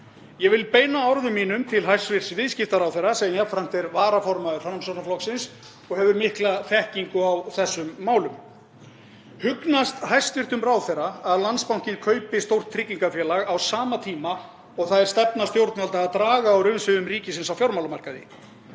Ég vil beina orðum mínum til hæstv. viðskiptaráðherra sem jafnframt er varaformaður Framsóknarflokksins og hefur mikla þekkingu á þessum málum. Hugnast hæstv. ráðherra að Landsbankinn kaupi stórt tryggingafélag á sama tíma og það er stefna stjórnvalda að draga úr umsvifum ríkisins á fjármálamarkaði?